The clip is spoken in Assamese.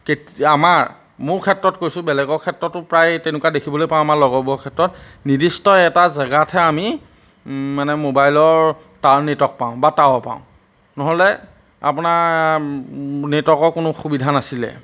আমাৰ মোৰ ক্ষেত্ৰত কৈছোঁ বেলেগৰ ক্ষেত্ৰতো প্ৰায় তেনেকুৱা দেখিবলৈ পাওঁ আমাৰ লগৰবোৰৰ ক্ষেত্ৰত নিৰ্দিষ্ট এটা জেগাতহে আমি মানে মোবাইলৰ টাৱাৰ নেটৱৰ্ক পাওঁ বা টাৱা পাওঁ নহ'লে আপোনাৰ নেটৱৰ্কৰ কোনো সুবিধা নাছিলে